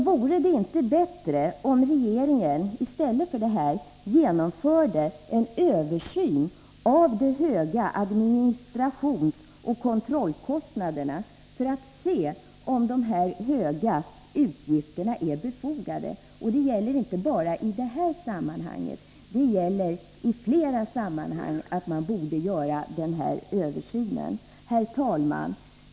Vore det inte bättre om regeringen i stället genomförde en översyn av de höga administrationsoch kontrollkostnaderna, för att se om de höga utgifterna är befogade? Det gäller inte bara i detta sammanhang. En sådan översyn borde göras på flera områden. Herr talman!